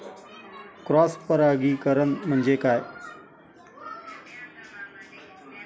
Cross परागीकरण म्हणजे काय?